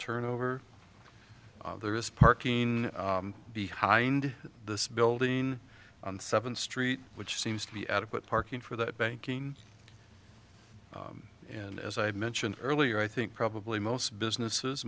turn over there is parking behind this building on seventh street which seems to be adequate parking for that banking and as i mentioned earlier i think probably most businesses